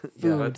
Food